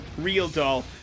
RealDoll